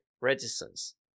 resistance